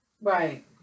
Right